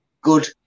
good